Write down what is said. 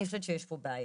אני חושבת שיש פה בעיה.